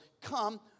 come